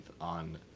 on